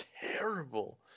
terrible